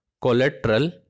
collateral